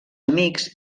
amics